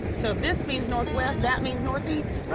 so if this means northwest, that means northeast.